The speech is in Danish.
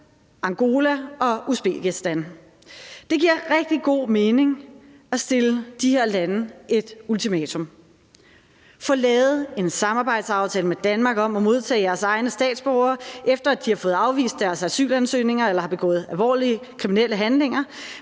Angola og Usbekistan. Det giver rigtig god mening at stille de her lande et ultimatum: Få lavet en samarbejdsaftale med Danmark om at modtage jeres egne statsborgere, efter at de har fået afvist deres asylansøgninger eller har begået alvorlige kriminelle handlinger.